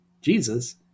Jesus